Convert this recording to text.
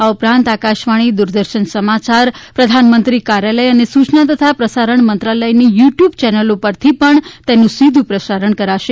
આ ઉપરાંત આકાશવાણી દૂરદર્શન સમાચાર પ્રધાનમંત્રી કાર્યાલય અને સૂચના તથા પ્રસારણ મંત્રાલયની યુ ટ્યૂબ ચેનલો પરથી પણ તેનું સીધુ પ્રસારણ કરાશે